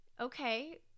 okay